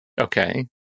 Okay